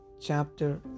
chapter